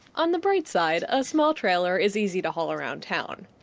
on the bright side, a small trailer is easy to haul around town.